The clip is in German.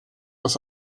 aus